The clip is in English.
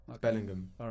Bellingham